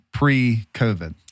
pre-COVID